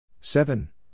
seven